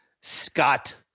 Scott